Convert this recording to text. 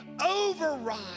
Override